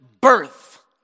birth